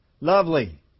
lovely